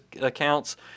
accounts